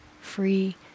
free